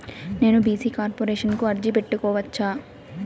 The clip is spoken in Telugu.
నేను బీ.సీ కార్పొరేషన్ కు అర్జీ పెట్టుకోవచ్చా?